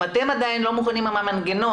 אם אתם עדיין לא מוכנים עם המנגנון,